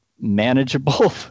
manageable